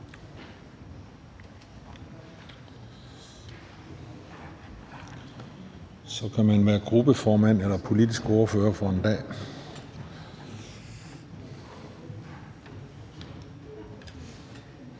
Så kan man være gruppeformand eller politisk ordfører for en dag.